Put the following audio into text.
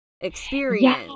experience